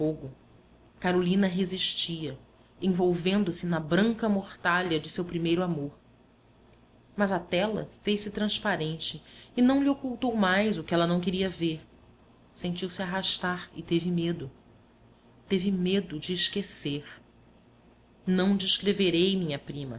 fogo carolina resistia envolvendo-se na branca mortalha de seu primeiro amor mas a tela fez-se transparente e não lhe ocultou mais o que ela não queria ver sentiu-se arrastar e teve medo teve medo de esquecer não descreverei minha prima